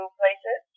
places